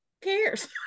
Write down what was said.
cares